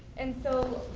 and so